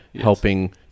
helping